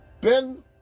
Ben